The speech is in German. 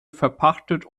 verpachtet